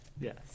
Yes